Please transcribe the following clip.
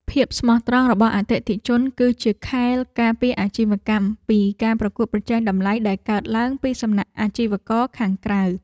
ភាពស្មោះត្រង់របស់អតិថិជន គឺជាខែលការពារអាជីវកម្មពីការប្រកួតប្រជែងតម្លៃដែលកើតឡើងពីសំណាក់អាជីវករខាងក្រៅ។